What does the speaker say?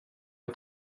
jag